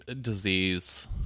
disease